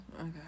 Okay